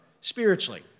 spiritually